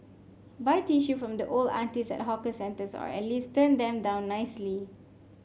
buy tissue from the old aunties at hawker centres or at least turn them down nicely